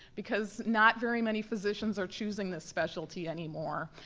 because not very many physicians are choosing this specialty anymore.